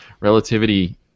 relativity